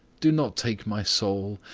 do not take my soul!